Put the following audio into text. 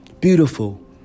beautiful